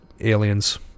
aliens